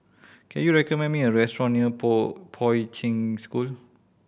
can you recommend me a restaurant near Poi Poi Ching School